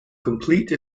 complete